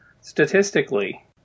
statistically